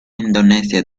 indonesia